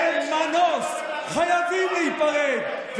אין מנוס, חייבים להיפרד.